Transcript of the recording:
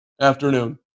Afternoon